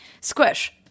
squish